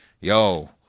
yo